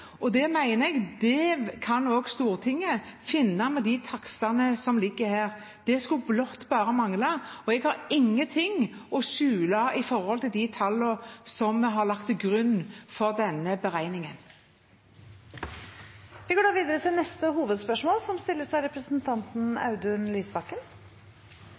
Det mener jeg at også Stortinget kan finne med de takstene som ligger her. Det skulle blott mangle. Jeg har ingenting å skjule om de tallene som vi har lagt til grunn for denne beregningen. Vi går videre til neste hovedspørsmål.